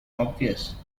obvious